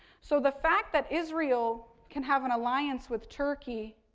so, the fact that israel can have an alliance with turkey,